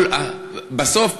בסוף,